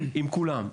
עם כולם.